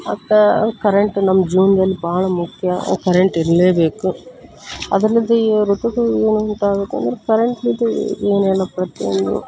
ಅವ್ಕ ಅವ್ಕ ಕರೆಂಟ್ ನಮ್ಮ ಜೀವನದಲ್ಲಿ ಭಾಳ ಮುಖ್ಯ ಅವ ಕರೆಂಟ್ ಇರಲೇಬೇಕು ಅದ್ರ್ಲಿಂದಿ ಇವರೊಟ್ಟಿಗೂ ಏನು ಉಂಟಾಗುತ್ತಂದ್ರೆ ಕರೆಂಟಿದು ಏನೇನೋ ಪ್ರತಿಯೊಂದು